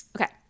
Okay